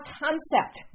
concept